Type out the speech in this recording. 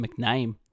McName